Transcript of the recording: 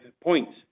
points